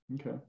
okay